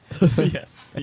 Yes